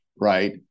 Right